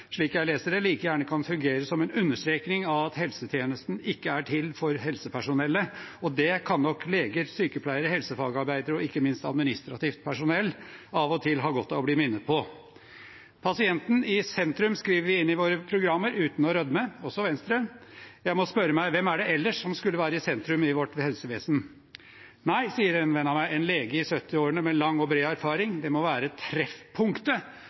slik jeg leser det, kan den like gjerne fungere som en understrekning av at helsetjenesten ikke er til for helsepersonellet. Og det kan nok leger, sykepleiere, helsefagarbeidere og ikke minst administrativt personell av og til ha godt av å bli minnet på. «Pasienten i sentrum» skriver vi inn i våre programmer, uten å rødme – også Venstre. Jeg må spørre meg: Hvem er det som ellers skulle være i sentrum i vårt helsevesen? Nei, sier en venn av meg, en lege i 70-årene med lang og bred erfaring, det må være treffpunktet